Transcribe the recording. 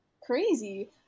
crazy